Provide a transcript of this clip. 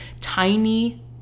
Tiny